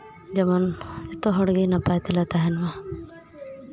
ᱡᱮᱢᱚᱱ ᱡᱚᱛᱚ ᱦᱚᱲᱜᱮ ᱱᱟᱯᱟᱭ ᱛᱮᱞᱮ ᱛᱟᱦᱮᱱ ᱢᱟ